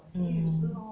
mm